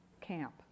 Camp